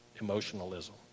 emotionalism